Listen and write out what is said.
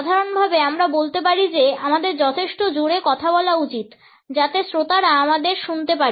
সাধারণভাবে আমরা বলতে পারি যে আমাদের যথেষ্ট জোরে কথা বলা উচিত যাতে শ্রোতারা আমাদের শুনতে পারে